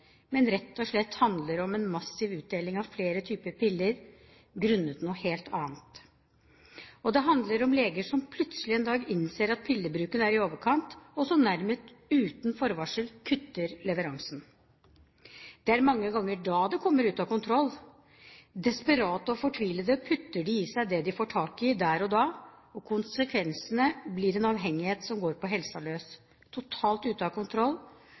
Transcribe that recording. men at det rett og slett handler om en massiv utdeling av flere typer piller grunnet noe helt annet. Og det handler om leger som plutselig en dag innser at pillebruken er i overkant, og som nærmest uten forvarsel kutter leveransen. Det er da det mange ganger kommer ut av kontroll. Desperate og fortvilte putter de i seg det de får tak i der og da, og konsekvensene blir en avhengighet som går på helsa løs – totalt ute av kontroll